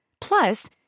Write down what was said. Plus